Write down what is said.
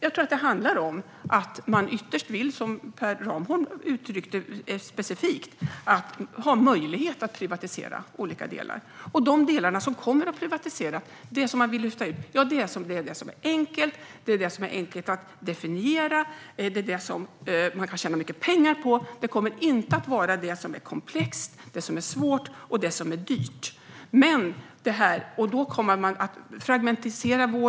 Jag tror att det handlar om att man ytterst vill - som Per Ramhorn specifikt uttryckte det - ha möjlighet att privatisera olika delar. De delar som kommer att privatiseras är det som är enkelt att definiera och det som man kan tjäna mycket pengar på. Det kommer inte att vara det som är komplext, som är svårt och som är dyrt. Då kommer vården att fragmentiseras.